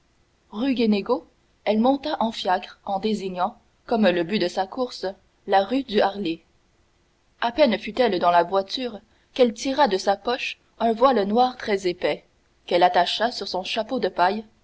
rue guénégaud elle monta en fiacre en désignant comme le but de sa course la rue du harlay à peine fut-elle dans la voiture qu'elle tira de sa poche un voile noir très épais qu'elle attacha sur son chapeau de paille